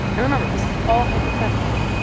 and remember. this is all hypothetical.